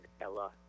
Ella